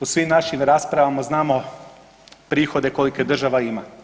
U svim našim raspravama znamo prihode kolike država ima.